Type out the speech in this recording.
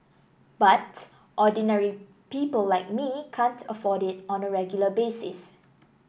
but ordinary people like me can't afford it on a regular basis